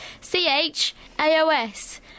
C-H-A-O-S